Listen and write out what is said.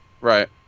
Right